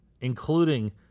including